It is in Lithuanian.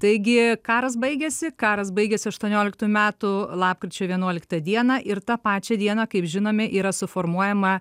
taigi karas baigėsi karas baigėsi aštuonioliktų metų lapkričio vienuoliktą dieną ir tą pačią dieną kaip žinome yra suformuojama